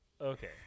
Okay